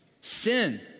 sin